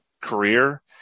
career